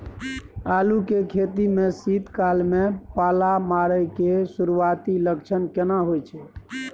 आलू के खेती में शीत काल में पाला मारै के सुरूआती लक्षण केना होय छै?